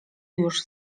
już